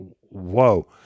whoa